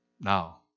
Now